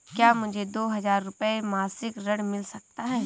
क्या मुझे दो हज़ार रुपये मासिक ऋण मिल सकता है?